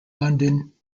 london